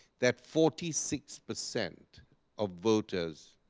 that forty six percent of voters